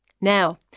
Now